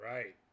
Right